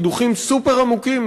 קידוחים סופר-עמוקים,